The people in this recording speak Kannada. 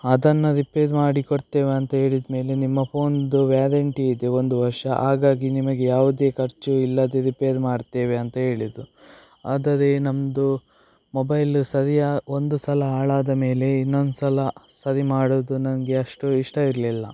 ಅದನ್ನು ರಿಪೇರ್ ಮಾಡಿಕೊಡ್ತೇವೆ ಅಂತ ಹೇಳಿದ ಮೇಲೆ ನಿಮ್ಮ ಫೋನ್ದು ವ್ಯಾರಂಟಿ ಇದೆ ಒಂದು ವರ್ಷ ಹಾಗಾಗಿ ನಿಮಗೆ ಯಾವುದೇ ಖರ್ಚು ಇಲ್ಲದೆ ರಿಪೇರ್ ಮಾಡ್ತೇವೆ ಅಂತ ಹೇಳಿದ್ದು ಆದರೆ ನಮ್ಮದು ಮೊಬೈಲು ಸರಿಯ ಒಂದು ಸಲ ಹಾಳಾದ ಮೇಲೆ ಇನ್ನೊಂದು ಸಲ ಸರಿ ಮಾಡೋದು ನನಗೆ ಅಷ್ಟು ಇಷ್ಟ ಇರಲಿಲ್ಲ